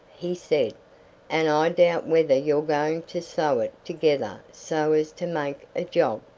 he said and i doubt whether you're going to sew it together so as to make a job.